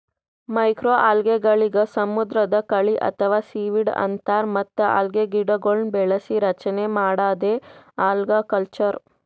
ಮೈಕ್ರೋಅಲ್ಗೆಗಳಿಗ್ ಸಮುದ್ರದ್ ಕಳಿ ಅಥವಾ ಸೀವೀಡ್ ಅಂತಾರ್ ಮತ್ತ್ ಅಲ್ಗೆಗಿಡಗೊಳ್ನ್ ಬೆಳಸಿ ರಚನೆ ಮಾಡದೇ ಅಲ್ಗಕಲ್ಚರ್